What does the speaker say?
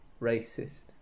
racist